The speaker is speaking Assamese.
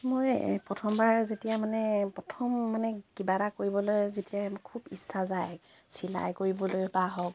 মই প্ৰথমবাৰ যেতিয়া মানে প্ৰথম মানে কিবা এটা কৰিবলৈ যেতিয়া খুব ইচ্ছা যায় চিলাই কৰিবলৈ বা হওক